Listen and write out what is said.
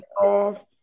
off